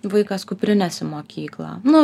vaikas kuprinės į mokyklą nu